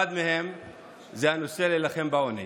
אחד מהם זה נושא המלחמה בעוני.